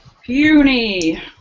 Puny